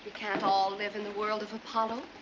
can't all live in the world of apollo.